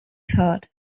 thought